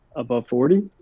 above forty.